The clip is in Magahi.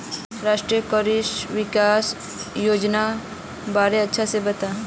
राष्ट्रीय कृषि विकास योजनार बारे अच्छा से बता